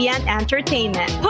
Entertainment